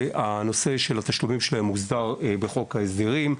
הנושא של התשלומים שלהם מוסדר בחוק ההסדרים.